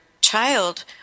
child